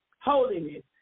holiness